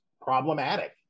problematic